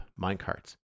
minecarts